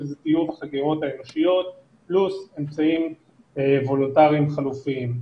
שזה טיוב החקירות האנושיות פלוס האמצעים וולונטריים חלופיים.